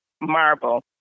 marble